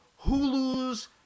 Hulu's